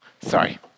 Sorry